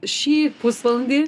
šį pusvalandį